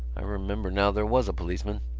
i remember now there was a policeman.